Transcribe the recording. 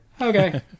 okay